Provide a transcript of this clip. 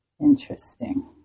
Interesting